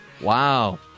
Wow